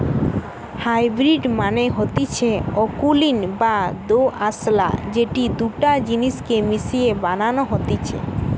hybrid মানে হতিছে অকুলীন বা দোআঁশলা যেটি দুটা জিনিস কে মিশিয়ে বানানো হতিছে